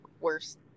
worse